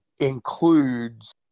includes